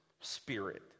spirit